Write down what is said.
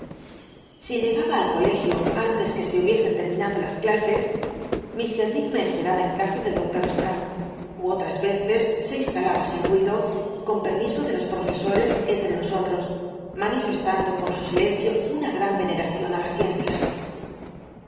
esi llegaba al colegio antes que se hubiesen l minado las clases lir dick me esperaba en casa del doctor slrong ú otras veces se instalaba sin ruido con permiso de los profesores entre nosotros manifestando con su silencio una gran veneracion á la ciencia